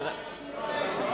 אדוני היושב-ראש.